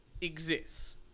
exists